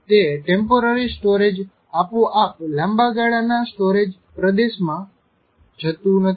તે temporary storage આપો આપ લાંબા ગાળાના સ્ટોરેજ પ્રદેશ માં જતું નથી